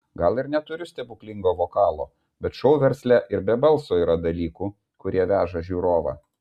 gal ir neturiu stebuklingo vokalo bet šou versle ir be balso yra dalykų kurie veža žiūrovą